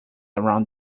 around